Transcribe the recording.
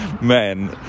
men